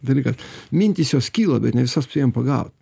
dalyka mintys jos kyla bet ne visas spėjam pagaut